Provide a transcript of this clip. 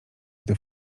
gdy